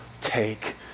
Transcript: take